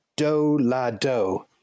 Do-la-do